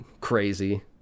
crazy